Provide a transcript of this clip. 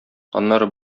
аннары